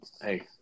Hey